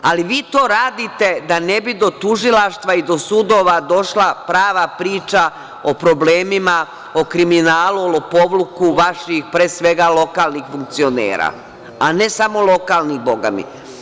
Ali vi to radite da ne bi do tužilaštva i do sudova došla prava priča o problemima, o kriminalu, o lopovluku vaših, pre svega, lokalnih funkcionera, a ne samo lokalnih, Boga mi.